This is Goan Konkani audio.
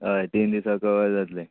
हय तीन दिसा कवर जात्लें